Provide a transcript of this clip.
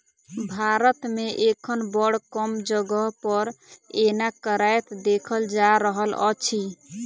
भारत मे एखन बड़ कम जगह पर एना करैत देखल जा रहल अछि